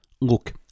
Look